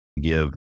give